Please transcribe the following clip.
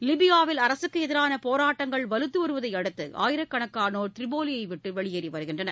லிபியாவில் அரசுக்கு எதிரான போராட்டங்கள் வலுத்து வருவதையடுத்து ஆயிரக்கணக்கானோர் திரிபோலியை விட்டு வெளியேறுகின்றனர்